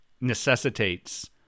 necessitates